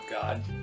God